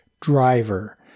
driver